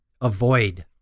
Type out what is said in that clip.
avoid